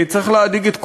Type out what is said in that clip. צריך להדאיג את כולנו.